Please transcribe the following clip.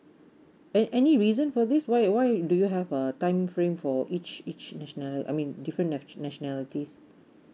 a~ any reason for this why why do you have uh time frame for each each national I mean different natio~ nationalities